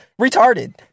retarded